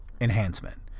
enhancement